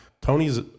Tony's